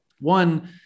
One